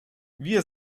wir